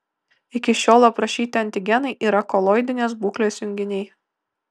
iki šiol aprašyti antigenai yra koloidinės būklės junginiai